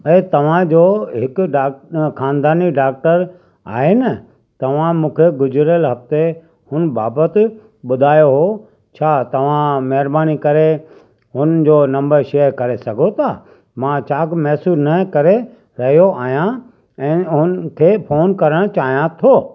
ऐं तव्हां जो हिकु डाकि ख़ानदानी डाक्टर आहे न तव्हां मूंखे गुज़िरियल हफ़्ते हुनि बाबति ॿुधायो हो छा तव्हां महिरबानी करे हुन जो नम्बर शेयर करे सघो था मां चाकु महिसूसु न करे रहियो आहियां ऐं हुन खे फ़ोन करणु चाहियां थो